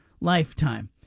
lifetime